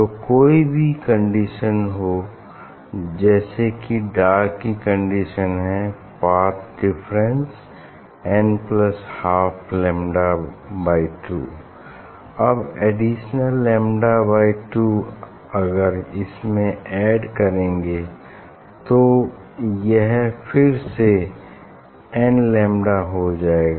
तो कोई भी कंडीशन हो जैसे कि डार्क की कंडीशन है path difference n plus half lambda by two अब एडिशनल लैम्डा बाई टू अगर इसमें ऐड करेंगे तो यह फिर से एन लैम्डा हो जाएगा